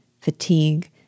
fatigue